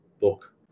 book